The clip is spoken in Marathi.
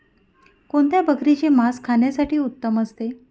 कोणत्या बकरीचे मास खाण्यासाठी उत्तम असते?